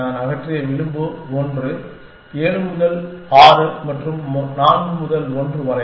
நான் அகற்றிய விளிம்பு ஒன்று 7 முதல் 6 மற்றும் 4 முதல் 1 வரை